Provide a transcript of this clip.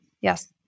Yes